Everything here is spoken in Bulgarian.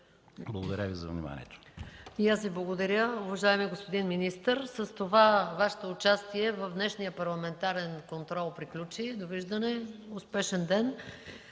Благодаря за вниманието.